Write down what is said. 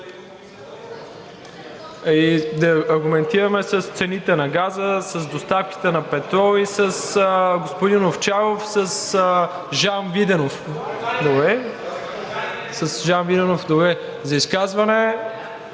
я аргументираме с цените на газа, с доставките на петрол и с господин Овчаров, с Жан Виденов? (Шум и реплики.) С Жан Виденов, добре. За изказване?